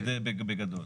בגדול.